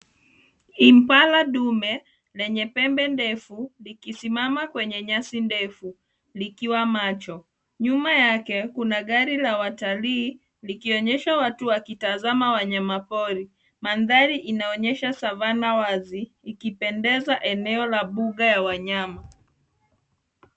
Impala dume lenye pembe ndefu likisimama kwenye nyasi ndefu likiwa macho. Nyuma yake kuna gari la watalii likionyesha watu wakitazama wanyamapori . Mandhari inaonyesha savana wazi ikipendeza eneo la mbuga la wanyama.